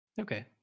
Okay